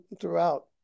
throughout